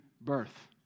birth